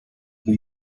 the